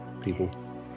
people